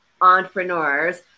entrepreneurs